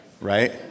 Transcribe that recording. right